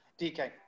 DK